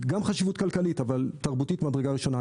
גם חשיבות כלכלית אבל בעיקר חשיבות תרבותית ממדרגה ראשונה.